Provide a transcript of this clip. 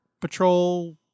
patrol